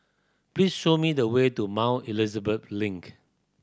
please show me the way to Mount Elizabeth Link